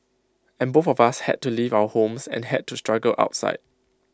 and both of us had to leave our homes and had to struggle outside